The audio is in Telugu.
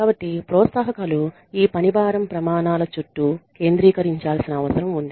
కాబట్టి ప్రోత్సాహకాలు ఈ పనిభారం ప్రమాణాల చుట్టూ కేంద్రీకరించాల్సిన అవసరం ఉంది